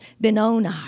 Benoni